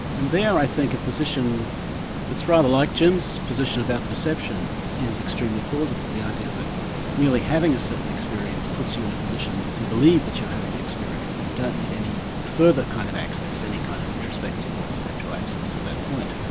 and there i think a position that's rather like jim's position about perception, is extremely plausible, the idea that merely having a certain experience puts you in a position to believe that you're having the experience, that you don't need any further kind of access, any kind of introspective or perceptual access at that point.